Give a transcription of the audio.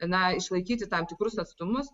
na išlaikyti tam tikrus atstumus